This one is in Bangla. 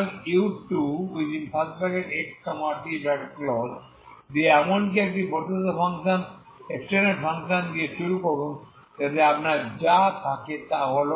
সুতরাং u2xt দিয়ে এমনকি একটি বর্ধিত ফাংশন দিয়ে শুরু করুন যাতে আপনার যা থাকে তা হল